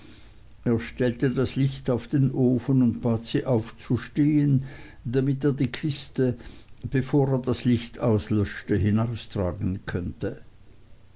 er stellte das licht auf den ofen und bat sie aufzustehen damit er die kiste bevor er das licht auslöschte hinaustragen könnte